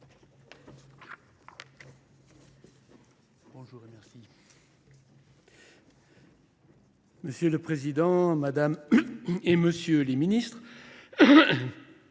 et merci. Monsieur le Président, madame et monsieur les ministres,